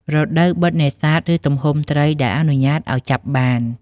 រដូវបិទនេសាទ ឬទំហំត្រីដែលអនុញ្ញាតឲ្យចាប់បាន។